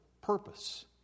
purpose